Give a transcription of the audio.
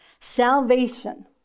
Salvation